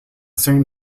same